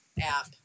app